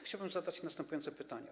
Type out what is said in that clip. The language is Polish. Chciałbym zadać następujące pytania.